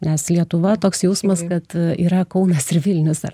nes lietuva toks jausmas kad yra kaunas ir vilnius ar